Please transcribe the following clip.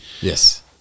Yes